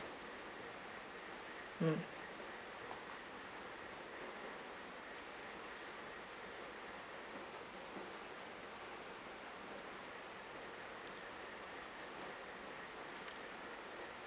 mm